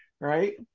right